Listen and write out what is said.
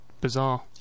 Bizarre